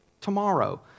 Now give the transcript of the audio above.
tomorrow